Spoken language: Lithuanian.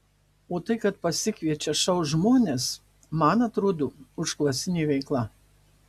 o tai kad pasikviečia šou žmones man atrodo užklasinė veikla